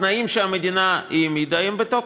התנאים של המדינה בתוקף,